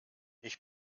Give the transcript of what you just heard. ich